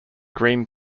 green